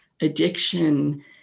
addiction